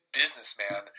businessman